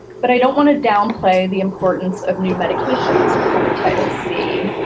but i don't want to downplay the importance of new medications for hepatitis c.